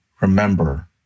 remember